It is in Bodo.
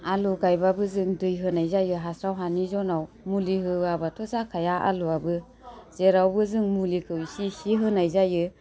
आलु गाइबाबो जों दै होनाय जों हास्राव हानि जुनाव मुलि होवाबाथ' जाखाया आलुवाबो जेरावबो जों मुलिखौ इसि इसि होनाय जायो